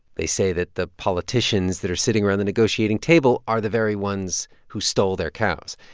they say that the politicians that are sitting around the negotiating table are the very ones who stole their cows.